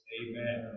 amen